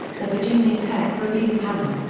the virginia tech review panel,